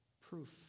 Proof